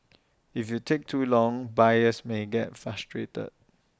if you take too long buyers may get frustrated